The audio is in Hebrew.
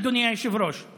אדוני היושב-ראש,